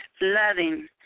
loving